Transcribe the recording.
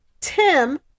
Tim